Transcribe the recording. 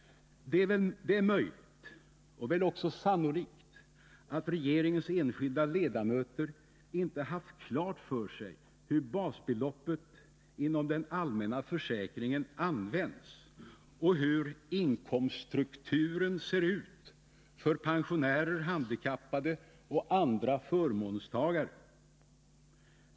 Det är möjligt och väl också sannolikt att regeringens enskilda ledamöter inte haft klart för sig hur basbeloppet inom den allmänna försäkringen används och hur inkomststrukturen ser ut för pensionärer, handikappade och andra förmånstagare.